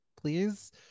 please